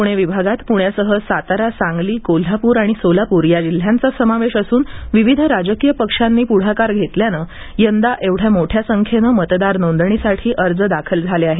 पुणे विभागात पुण्यासह सातारा सांगली कोल्हापूर आणि सोलापूर जिल्ह्यांचा समावेश असून विविध राजकीय पक्षांनीच पुढाकार घेतल्यानं यंदा एवढ्या मोठ्या संख्येनं मतदार नोंदणीसाठी अर्ज दाखल झाले आहेत